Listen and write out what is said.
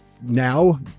now